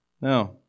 Now